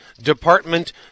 Department